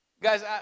Guys